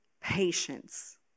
patience